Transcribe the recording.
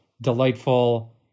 delightful